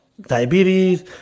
Diabetes